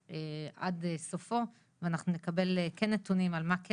עד סופו ואנחנו נקבל כן נתונים על מה כן